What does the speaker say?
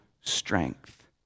strength